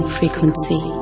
frequency